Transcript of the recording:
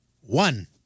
One